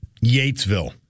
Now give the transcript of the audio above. Yatesville